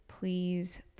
Please